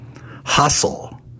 Hustle